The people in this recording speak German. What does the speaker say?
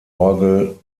orgel